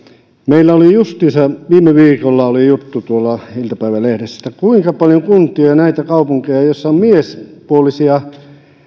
meillä justiinsa viime viikolla oli juttu iltapäivälehdessä siitä kuinka paljon on näitä kuntia ja kaupunkeja joissa on miespuolisia